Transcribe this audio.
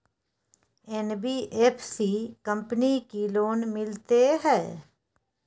NBFC company की loan मिलते है?